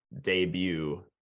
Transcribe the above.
debut